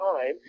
time